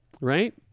Right